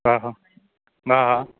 हा हा हा हा